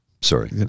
Sorry